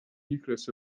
nucleus